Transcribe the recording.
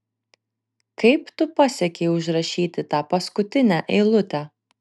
kaip tu pasiekei užrašyti tą paskutinę eilutę